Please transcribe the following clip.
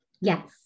Yes